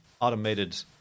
automated